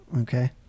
okay